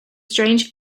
strange